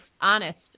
honest